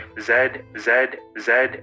Z-Z-Z